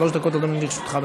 שלוש דקות, אדוני, לרשותך.